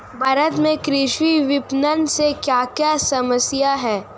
भारत में कृषि विपणन से क्या क्या समस्या हैं?